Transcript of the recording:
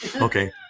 Okay